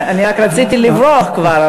אני רק רציתי לברוח כבר,